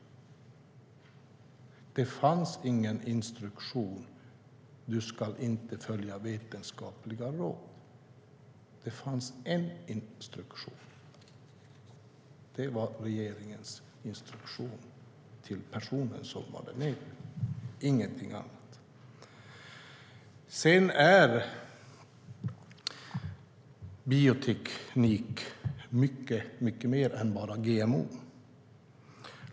Det fanns ingen instruktion som löd: Du ska inte följa vetenskapliga råd. Det fanns en instruktion. Det var regeringens instruktion till personen som deltog, ingenting annat. Bioteknik är mycket mer än bara GMO.